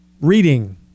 reading